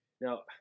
Now